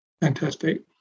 Fantastic